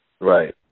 right